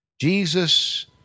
Jesus